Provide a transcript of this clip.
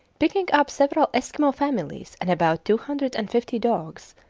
picking up several eskimo families and about two hundred and fifty dogs,